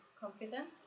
confident